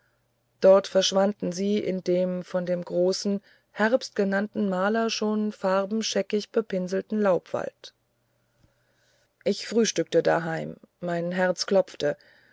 dort verschwanden sie in dem von dem großen herbst genannten maler schon farbenscheckig gepinselten laubwald ich frühstückte daheim mein herz klopfte